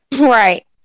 Right